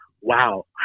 wow